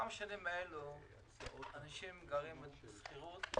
בשנים האלו אנשים גרים בשכירות,